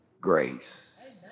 grace